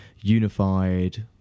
unified